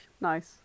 Nice